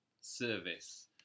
service